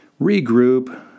regroup